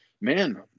man –